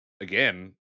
again